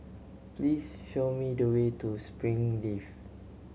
please show me the way to Springleaf